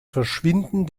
verschwinden